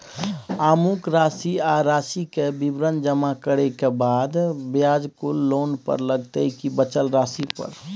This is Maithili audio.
अमुक राशि आ राशि के विवरण जमा करै के बाद ब्याज कुल लोन पर लगतै की बचल राशि पर?